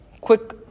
Quick